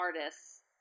artists